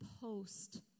post